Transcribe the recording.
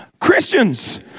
Christians